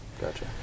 gotcha